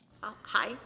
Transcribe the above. Hi